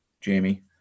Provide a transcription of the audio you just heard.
Jamie